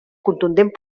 contundent